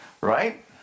Right